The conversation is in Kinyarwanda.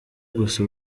gusa